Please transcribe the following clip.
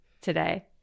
today